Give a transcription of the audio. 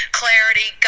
clarity